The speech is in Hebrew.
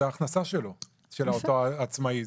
זאת ההכנסה של אותו עצמאי,